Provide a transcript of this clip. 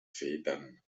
federn